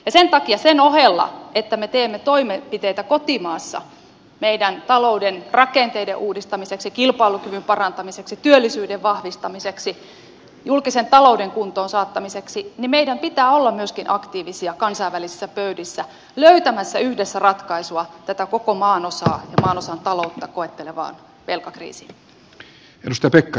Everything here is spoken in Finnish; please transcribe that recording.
sen takia sen ohella että me teemme toimenpiteitä kotimaassa meidän talouden rakenteiden uudistamiseksi kilpailukyvyn parantamiseksi työllisyyden vahvistamiseksi julkisen talouden kuntoon saattamiseksi meidän pitää olla aktiivisia myöskin kansainvälisissä pöydissä löytämässä yhdessä ratkaisua tätä koko maanosaa ja maanosan taloutta koettelevaan velkakriisiin